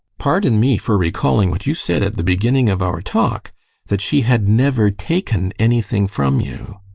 pardon me for recalling what you said at the beginning of our talk that she had never taken anything from you.